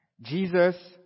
Jesus